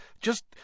Just